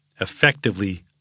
effectively